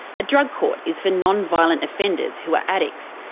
a drug court is for non-violent offenders who are addicts.